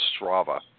Strava